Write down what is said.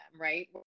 right